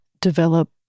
develop